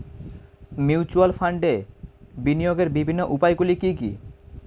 Mutual ফান্ডে বিনিয়োগের বিভিন্ন উপায়গুলি কি কি?